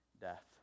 death